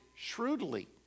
shrewdly